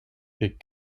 est